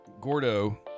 Gordo